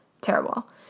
terrible